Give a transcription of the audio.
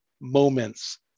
moments